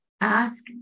ask